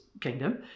kingdom